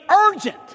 urgent